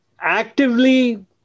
actively